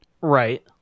right